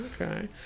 Okay